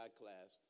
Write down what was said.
class